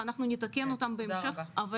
אנחנו נתקן אותן בהמשך,